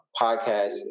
podcast